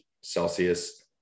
Celsius